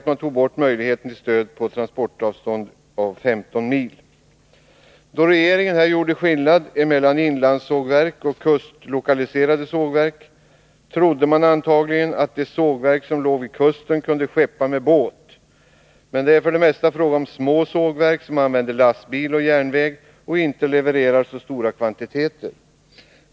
Man tog bort möjligheten till stöd på transportavstånd under 15 mil. Då regeringen gjorde en skillnad mellan inlandssågverk och kustlokaliserade sågverk, trodde man antagligen att de sågverk som låg vid kusten kunde skeppa med båt. Men det är för det mesta fråga om små sågverk, som använder lastbil och järnväg och inte levererar så stora kvantiteter.